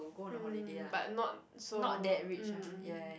mm but not so mm mm